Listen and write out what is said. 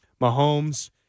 Mahomes